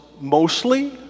mostly